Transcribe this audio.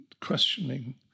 questioning